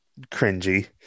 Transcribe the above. cringy